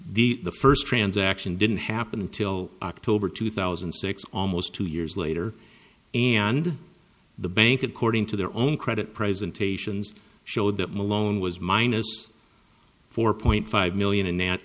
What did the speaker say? five the first transaction didn't happen until october two thousand and six almost two years later and the bank according to their own credit presentations showed that malone was minus four point five million a